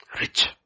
Rich